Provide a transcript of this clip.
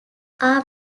are